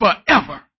forever